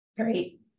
Great